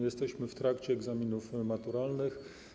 Jesteśmy w trakcie egzaminów maturalnych.